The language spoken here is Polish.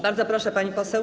Bardzo proszę, pani poseł.